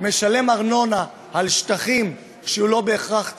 משלם ארנונה על שטחים שהוא לא בהכרח צריך,